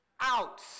out